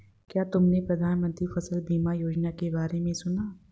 क्या तुमने प्रधानमंत्री फसल बीमा योजना के बारे में सुना?